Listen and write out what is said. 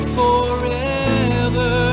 forever